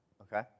Okay